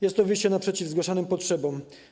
Jest to wyjście naprzeciw zgłaszanym potrzebom.